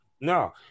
No